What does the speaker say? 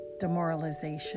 demoralization